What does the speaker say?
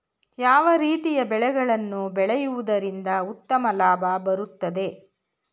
ಯಾವ ರೀತಿಯ ಬೆಳೆಗಳನ್ನು ಬೆಳೆಯುವುದರಿಂದ ಉತ್ತಮ ಲಾಭ ಬರುತ್ತದೆ?